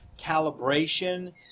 calibration